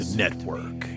network